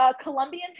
Colombian